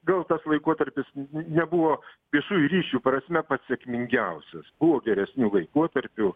gal tas laikotarpis nebuvo viešųjų ryšių prasme pats sėkmingiausias buvo geresnių laikotarpių